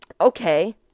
Okay